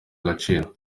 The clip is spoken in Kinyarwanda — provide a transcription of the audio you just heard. agaciro